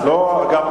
לא משנה.